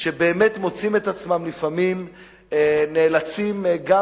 שבאמת מוצאים את עצמם לפעמים נאלצים גם